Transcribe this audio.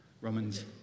Romans